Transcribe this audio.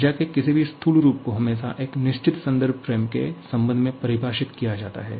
ऊर्जा के किसी भी स्थूल रूप को हमेशा एक निश्चित संदर्भ फ्रेम के संबंध में परिभाषित किया जाता है